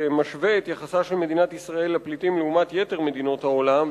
המשווה את יחסה של מדינת ישראל לפליטים לעומת יתר מדינות העולם,